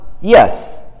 Yes